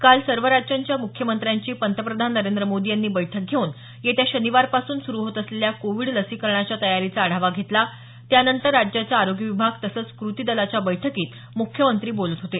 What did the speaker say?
काल सर्व राज्यांच्या मुख्यमंत्र्यांची पंतप्रधान नरेंद्र मोदी यांनी बैठक घेऊन येत्या शनिवारपासून सुरू होत असलेल्या कोविड लसीकरणाच्या तयारीचा आढावा घेतला त्यानंतर राज्याचा आरोग्य विभाग तसंच कृती दलाच्या बैठकीत म्ख्यमंत्री बोलत होते